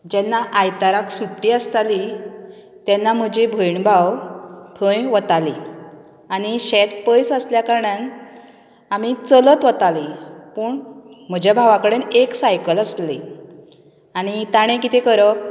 जेन्ना आयतारा सुट्टी आसताली तेन्ना म्हजी भयण भाव थंय वतालीं आनी शेत पयस आसले कारणान आमी चलत वतालीं पूण म्हाज्या भावा कडेन एक सायकल आसलीं आनी तांणे कितें करप